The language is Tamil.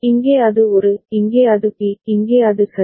இங்கே அது ஒரு இங்கே அது பி இங்கே அது சரி